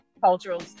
cultural